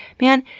man,